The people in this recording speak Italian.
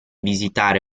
visitare